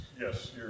yes